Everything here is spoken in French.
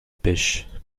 pêche